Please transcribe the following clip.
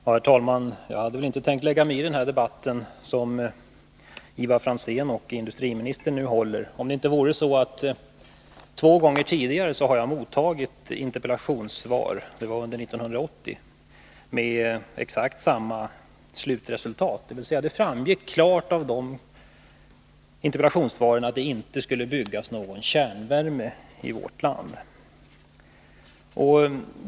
Herr talman! Jag hade inte tänkt lägga mig i den debatt som Ivar Franzén och industriministern nu för, och jag skulle inte heller ha gjort det, om det inte vore så att jag två gånger tidigare — under 1980 — mottagit interpellationssvar med exakt samma slutresultat. Det framgick klart av dessa interpellationssvar att det inte skulle byggas för någon kärnvärme i vårt land.